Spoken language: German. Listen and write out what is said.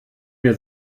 mir